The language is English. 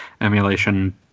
emulation